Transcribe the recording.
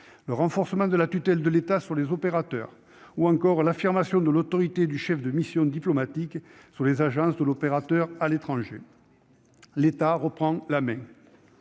le renforcement de la tutelle de l'État sur l'opérateur, ou encore l'affirmation de l'autorité du chef de mission diplomatique sur les agences de l'opérateur à l'étranger. L'État reprend la main